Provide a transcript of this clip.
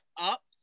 up